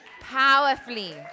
powerfully